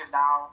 now